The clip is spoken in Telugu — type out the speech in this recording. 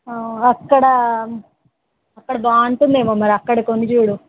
అక్కడ అక్కడ బాగుంటుంది ఏమో మరి అక్కడ కొని చూడు